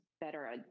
better